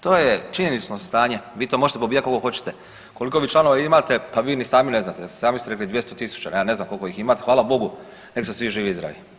To je činjenično stanje, vi to možete pobijati koliko hoćete, koliko vi članova imate, pa vi ni sami ne znate, sami ste rekli 200.000, ja ne znam koliko ih imate, hvala Bogu nek su svi živi i zdravi.